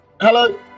Hello